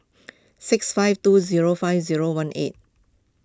six five two zero five zero one eight